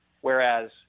whereas